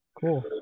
Cool